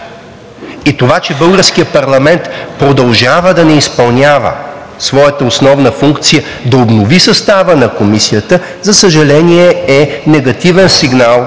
Това, че българският парламент продължава да не изпълнява своята основна функция – да обнови състава на Комисията, за съжаление, е негативен сигнал